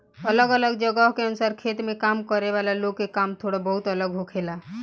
अलग अलग जगह के अनुसार खेत में काम करे वाला लोग के काम थोड़ा बहुत अलग होखेला